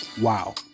Wow